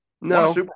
No